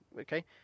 okay